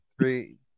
Three